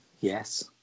Yes